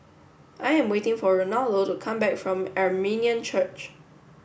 I am waiting for Ronaldo to come back from Armenian Church